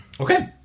Okay